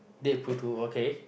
Deadpool Two okay